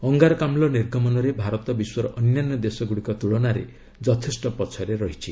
ଅଙ୍ଗାରକାମ୍କ ନିର୍ଗମନରେ ଭାରତ ବିଶ୍ୱର ଅନ୍ୟାନ୍ୟ ଦେଶଗୁଡ଼ିକ ତୁଳନାରେ ଯଥେଷ୍ଟ ପଛରେ ରହିଛି